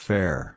Fair